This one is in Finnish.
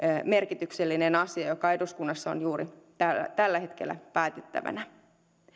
merkityksellinen asia joka eduskunnassa on juuri tällä hetkellä päätettävänä